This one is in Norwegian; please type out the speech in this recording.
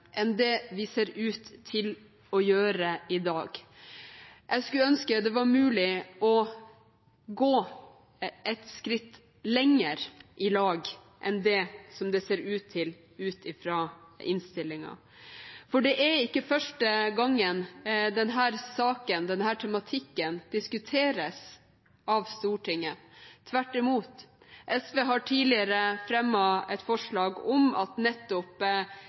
enn det vi ser ut til å gjøre i dag. Jeg skulle ønske det var mulig å gå et skritt lenger i lag enn det ser ut til ut fra innstillingen. Det er ikke første gang denne saken, denne tematikken, diskuteres av Stortinget, tvert imot. SV har tidligere fremmet et forslag om at nettopp